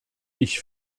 ich